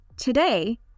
Today